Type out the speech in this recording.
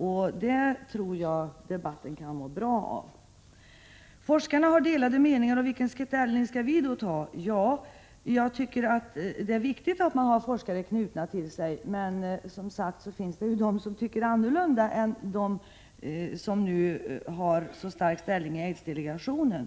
Jag tror att det är bra för debatten. Forskarna har delade meningar. Vilken ställning skall vi då ta? Jag tycker att det är viktigt med forskaranknytning. Men det finns, som sagt, de som tycker annorlunda än de personer som nu har en stark ställning i aidsdelegationen.